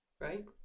Right